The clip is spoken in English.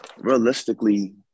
realistically